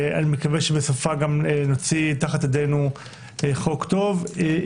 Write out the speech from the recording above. אני מקווה שבסופה נוציא תחת ידינו חוק טוב.